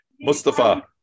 Mustafa